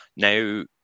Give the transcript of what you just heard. Now